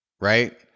right